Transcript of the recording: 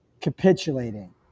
capitulating